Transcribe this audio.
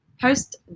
post